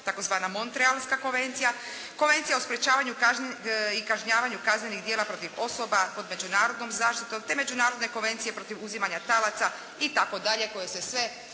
tzv. Montrealska konvencija. Konvencija o sprječavanju i kažnjavanju kaznenih djela protiv osoba pod međunarodnom zaštitom, te Međunarodne konvencije protiv uzimanja talaca, itd. koje se sve